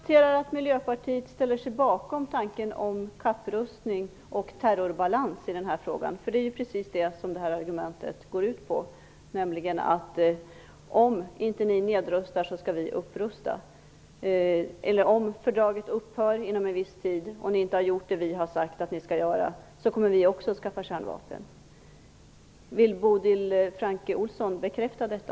Herr talman! Jag konstaterar att Miljöpartiet ställer sig bakom tanken på kapprustning och terrorbalans i den här frågan. Argumentet i frågan går ju just ut på att om inte ni nedrustar, så skall vi upprusta. Eller: Om fördraget inte upphör inom en viss tid och ni inte har gjort som vi har sagt att ni skall göra, kommer också vi att skaffa kärnvapen. Vill Bodil Francke Ohlsson bekräfta detta?